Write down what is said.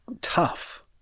tough